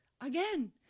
again